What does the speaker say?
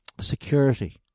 security